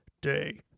day